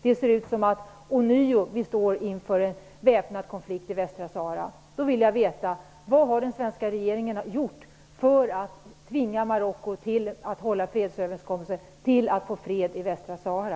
Det ser ut som att man ånyo står inför en väpnad konflikt i Västra Sahara.